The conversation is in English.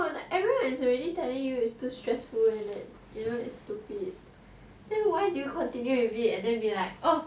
it's like everyone is already telling you it's too stressful and you know it's stupid then why do you continue with it and then be like oh